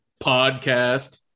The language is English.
Podcast